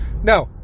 no